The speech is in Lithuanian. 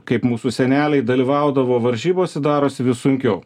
kaip mūsų seneliai dalyvaudavo varžybose darosi vis sunkiau